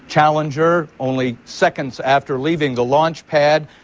challenger, only seconds after leaving the launchpad,